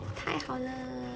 太好了